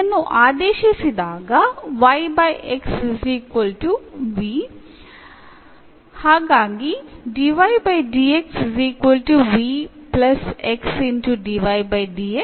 ഇതിനെ മാറ്റിയെഴുതുകയാണെങ്കിൽ എന്നാവുന്നു